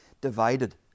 divided